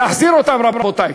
להחזיר אותן, רבותי.